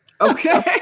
Okay